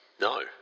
No